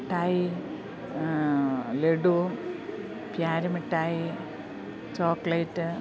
മിഠായി ലഡു പ്യാരിമിഠായി ചോക്ലേറ്റ്